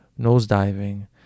nosediving